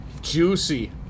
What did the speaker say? Juicy